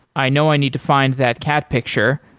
i know i need to find that cat picture,